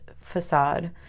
facade